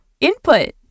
input